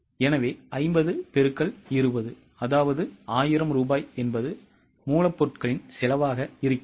எனவே 50 X 20 1000 ரூபாய் என்பது மூலப்பொருட்களின் செலவாக இருக்கிறது